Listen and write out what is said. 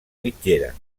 mitgera